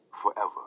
forever